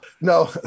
No